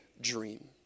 dream